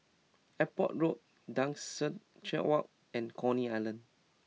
Airport Road Duchess Walk and Coney Island